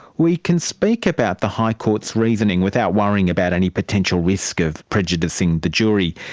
we can speak about the high court's reasoning without worrying about any potential risk of prejudicing the jury.